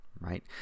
Right